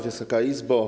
Wysoka Izbo!